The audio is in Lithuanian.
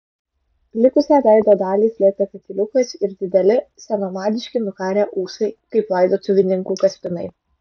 likusią veido dalį slėpė katiliukas ir dideli senamadiški nukarę ūsai kaip laidotuvininkų kaspinai